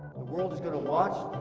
ah world's going to watch,